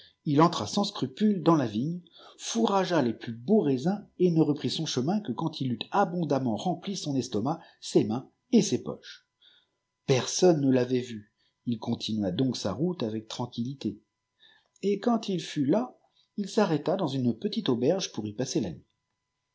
il entra sans scrupule dans la vigne foun agea les plus beaux raisins et ne reprit son chemin que quand il eut abondamment rempli spn estomac ses mains et ses poches personne ne l'avait vu il continua donc sa route avec tranquillité et quand il fut las il s'arrêta dans une petite auberge pour y passer la nuit